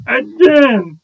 again